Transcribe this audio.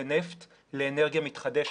זה נפט לאנרגיה מתחדשת.